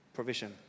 Provision